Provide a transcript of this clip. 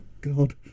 God